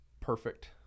perfect